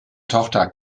tochter